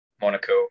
monaco